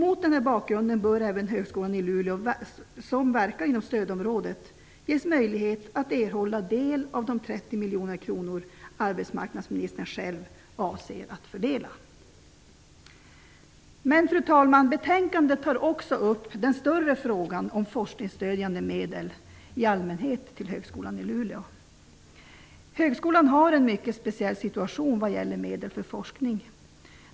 Mot den här bakgrunden bör även Högskolan i Luleå, som verkar inom stödområdet, ges möjlighet att erhålla del av de 30 miljoner kronor som arbetsmarknadsministern avser att fördela. Fru talman! Betänkandet tar också upp den större frågan om forskningsstödjande medel i allmänhet till Högskolan i Luleå. Det råder en mycket speciell situation för högskolan när det gäller medel för forskning.